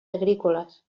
agrícoles